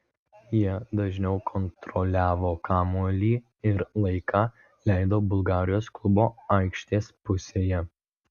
jie dažniau kontroliavo kamuolį ir laiką leido bulgarijos klubo aikštės pusėje